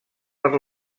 per